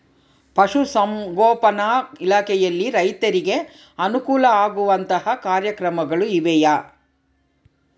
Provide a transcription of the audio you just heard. ಪಶುಸಂಗೋಪನಾ ಇಲಾಖೆಯಲ್ಲಿ ರೈತರಿಗೆ ಅನುಕೂಲ ಆಗುವಂತಹ ಕಾರ್ಯಕ್ರಮಗಳು ಇವೆಯಾ?